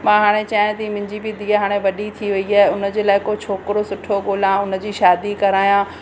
मां हाणे चाहियां थी मुंहिंजी बि धीअ हाणे वॾी थी वई आहे उनजे लाइ को छोकिरो सुठो ॻोल्हां हुनजी शादी करायां